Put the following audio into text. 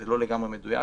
זה לא לגמרי מדויק